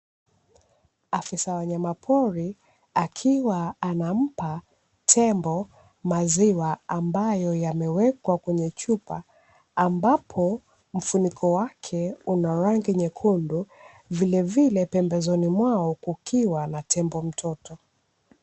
Afisa wanyama pori akiwa anampa tembo maziwa ambayo yamewekwa kwenye chupa ambapo mfuniko wake una rangi nyekundu vilevile pembezoni mwao kukiwa na tembo mtoto.